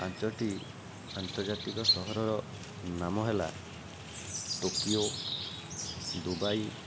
ପାଞ୍ଚୋଟି ଆନ୍ତର୍ଜାତିକ ସହରର ନାମ ହେଲା ଟୋକିଓ ଦୁବାଇ